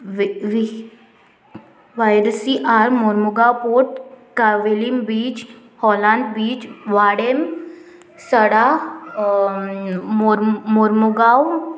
वायरसी आर मोरमुगांव पोट कावेलीम बीच हॉलांत बीच वाडेम सडा मोरम मोरमुगांव